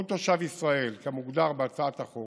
כל תושב ישראל כמוגדר בהצעת החוק